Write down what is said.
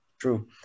True